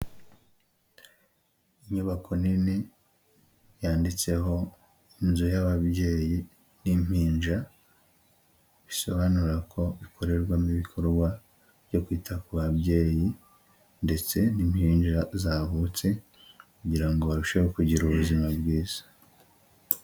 Inyubako nini yanditseho inzu y'ababyeyi n'impinja bisobanura ko ikorerwa mo ibikorwa byo kwita ku babyeyi ndetse n'impinja zavutse kugira ngo barusheho kugira ubuzima bwiza.